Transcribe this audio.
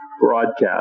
broadcast